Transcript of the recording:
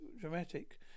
dramatic